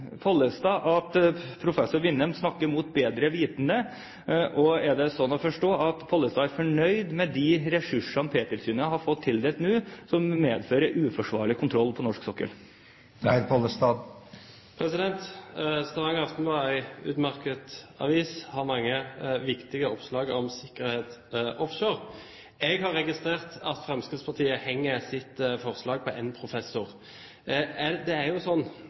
Pollestad at professor Vinnem snakker mot bedre vitende, og er det sånn å forstå at Pollestad er fornøyd med de ressursene Petroleumstilsynet nå har fått tilført, og som medfører uforsvarlig kontroll på norsk sokkel? Stavanger Aftenblad er en utmerket avis som har mange viktige oppslag om sikkerheten offshore. Jeg har registrert at Fremskrittspartiet henger sitt forslag på én professor. Det er jo sånn